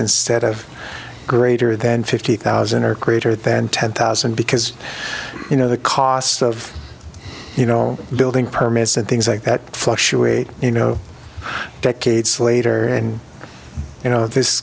instead of greater than fifty thousand or greater than ten thousand because you know the cost of you know building permits and things like that fluctuates you know decades later and you know this